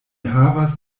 havas